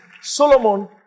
Solomon